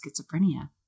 schizophrenia